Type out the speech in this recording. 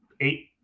Eight